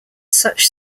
such